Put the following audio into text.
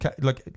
look